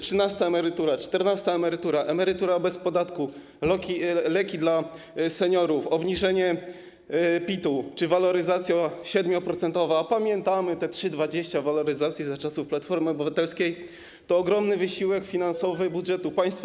Trzynasta emerytura, czternasta emerytura, emerytura bez podatku, leki dla seniorów, obniżenie PIT-u czy waloryzacja 7-procentowa - pamiętamy te 3,20 waloryzacji za czasów Platformy Obywatelskiej - to ogromny wysiłek finansowy budżetu państwa.